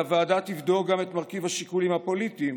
הוועדה תבדוק גם את מרכיב השיקולים הפוליטיים